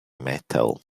metal